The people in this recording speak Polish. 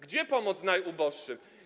Gdzie pomoc najuboższym?